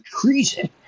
treason